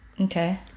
Okay